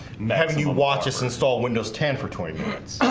having you watch us install windows ten for twenty minutes,